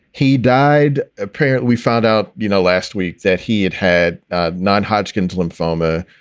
he died a prayer, we found out. you know, last week that he had had non-hodgkin's lymphoma,